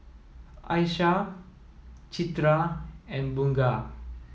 Aishah Citra and Bunga